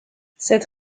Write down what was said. cette